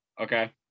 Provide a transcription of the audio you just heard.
okay